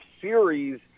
series